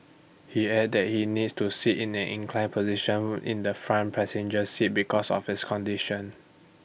he added that he needs to sit in an inclined position in the front passenger seat because of his condition